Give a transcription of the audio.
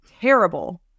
terrible